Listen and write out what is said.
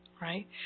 Right